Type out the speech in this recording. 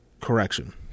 Correction